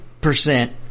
percent